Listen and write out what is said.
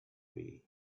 way